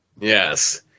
Yes